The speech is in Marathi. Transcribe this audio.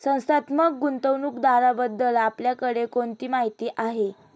संस्थात्मक गुंतवणूकदाराबद्दल आपल्याकडे कोणती माहिती आहे?